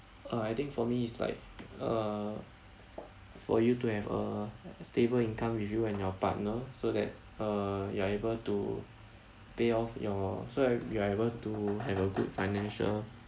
uh I think for me is like uh for you to have a stable income with you and your partner so that uh you are able to pay off your so that you're able to have a good financial